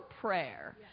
prayer